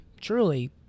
Truly